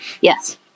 Yes